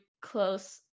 close